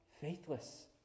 faithless